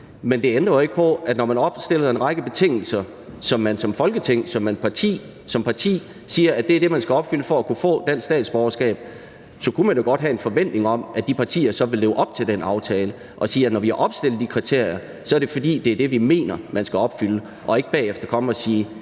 Men det ændrer jo ikke på, at når man opstiller en række betingelser, hvor man som Folketing og som parti siger, at det er det, man skal opfylde for at kunne få dansk statsborgerskab, så kunne man jo godt have en forventning om, at de partier så ville leve op til den aftale og sige, at når vi har opstillet de kriterier, er det, fordi det er det, vi mener man skal opfylde. Så skal man ikke bagefter komme og sige: